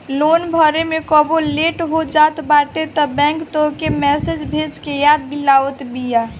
loan भरे में कबो लेट हो जात बाटे तअ बैंक तोहके मैसेज भेज के याद दिलावत बिया